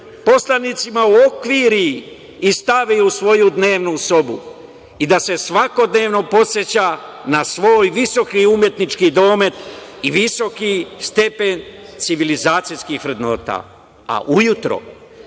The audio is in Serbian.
poslanicima, uokviri i stavi u svoju dnevnu sobu i da se svakodnevno podseća na svoj visoki umetnički domet i visoki stepen civilizacijskih vrednosti, a ujutru